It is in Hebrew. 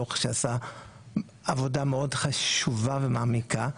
דוח שעשה עבודה מאוד חשובה ומעמיקה,